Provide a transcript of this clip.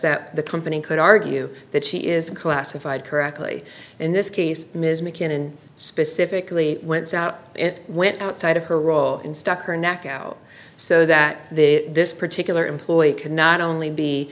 that the company could argue that she is classified correctly in this case ms mackinnon specifically went out it went outside of her role in stuck her neck out so that this particular employee can not only be